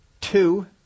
two